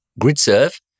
GridServe